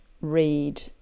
read